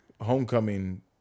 homecoming